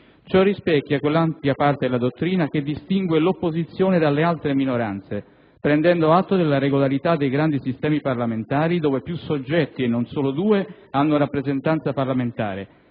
Ciò rispecchia quell'ampia parte della dottrina che distingue l'opposizione dalle altre minoranze, prendendo atto della regolarità dei grandi sistemi parlamentari dove più soggetti e non solo due hanno rappresentanza parlamentare,